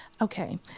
Okay